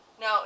No